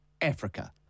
Africa